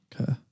Okay